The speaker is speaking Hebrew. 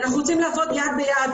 אנחנו רוצים לעבוד יד ביד,